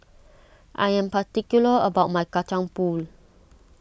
I am particular about my Kacang Pool